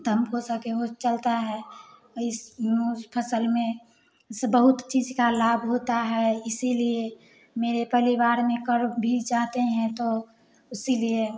तब हो सके वह चलता है इस उस फ़सल में जैसे बहुत चीज़ का लाभ होता है इसीलिए मेरे परिवार में कर भी जाते हैं तो उसीलिए